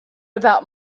about